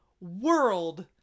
world